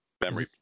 memory